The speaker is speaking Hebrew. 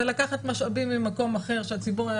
זה לקחת משאבים ממקום אחר שהציבור היה